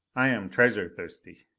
i am treasure-thirsty.